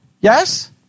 Yes